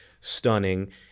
stunning